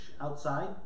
outside